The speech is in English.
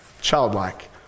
childlike